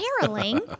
caroling